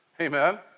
Amen